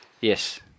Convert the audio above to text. Yes